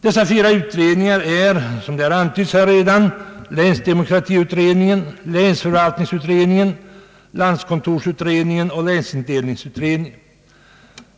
Dessa fyra utredningar är, vilket redan antytts: länsdemokratiutredningen, länsförvaltningsutredningen, landskontorsutredningen och länsindelningsutredningen.